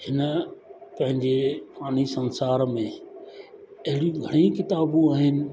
हिन पंहिंजे फ़ानी संसार में अहिड़ियूं घणियूं ई किताबियूं आहिनि